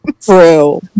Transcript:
True